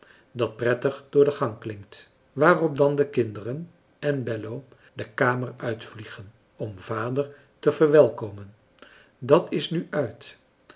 dat prettig door de gang klinkt waarop dan de kinderen en bello de kamer uitvliegen om vader te verwelkomen dat is nu uit